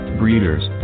breeders